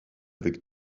avec